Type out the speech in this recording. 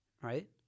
Right